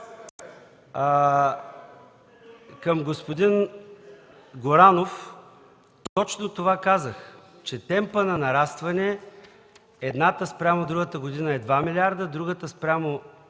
Към господин Горанов: точно това казах, че темпът на нарастване в едната спрямо другата година е 2 милиарда, в другата спрямо